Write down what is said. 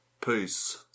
Peace